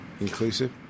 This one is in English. inclusive